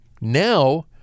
now